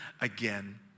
again